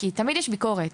כי תמיד יש ביקורת.